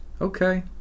okay